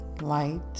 light